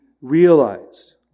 realized